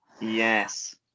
Yes